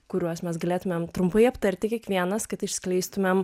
kuriuos mes galėtumėm trumpai aptarti kiekvienas kad išskleistumėm